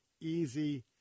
easy